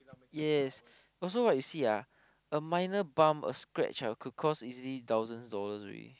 yes also right you see ah a minor bump a scratch ah could cost easily thousands dollars already